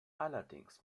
allerdings